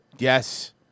Yes